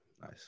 Nice